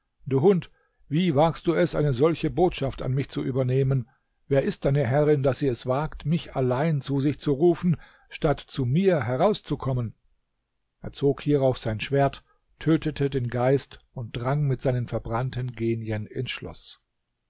du hund wie wagst du es eine solche botschaft an mich zu übernehmen wer ist deine herrin daß sie es wagt mich allein zu sich zu rufen statt zu mir herauszukommen er zog hierauf sein schwert tötete den geist und drang mit seinen verbrannten genien ins schloß